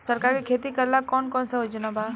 सरकार के खेती करेला कौन कौनसा योजना बा?